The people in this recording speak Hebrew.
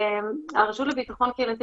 האם יש משהו ספציפי בקשר לבתי הספר?